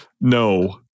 No